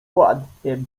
ładnie